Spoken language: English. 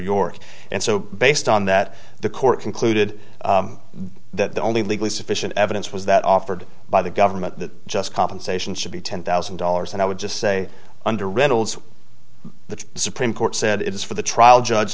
york and so based on that the court concluded that the only legally sufficient evidence was that offered by the government that just compensation should be ten thousand dollars and i would just say under reynolds the supreme court said it is for the trial judge